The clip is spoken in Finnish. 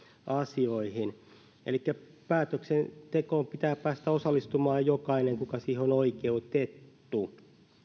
asioihin elikkä päätöksentekoon pitää päästä osallistumaan jokaisen joka siihen on oikeutettu